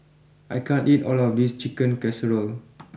I can't eat all of this Chicken Casserole